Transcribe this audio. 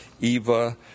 Eva